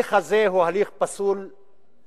ההליך הזה הוא הליך פסול מעיקרו.